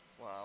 Wow